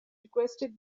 requested